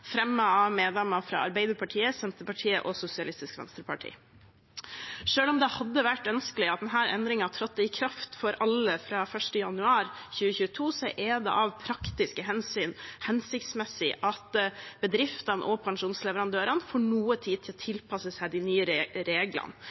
fremmet av medlemmer fra Arbeiderpartiet, Senterpartiet og Sosialistisk Venstreparti. Selv om det hadde vært ønskelig at denne endringen trådte i kraft for alle fra 1. januar 2022, er det av praktiske hensyn hensiktsmessig at bedriftene og pensjonsleverandørene får noe tid til å tilpasse seg de nye reglene.